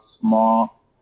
small